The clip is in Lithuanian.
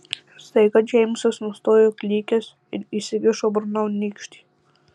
staiga džeimsas nustojo klykęs ir įsikišo burnon nykštį